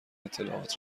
اطلاعات